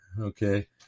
okay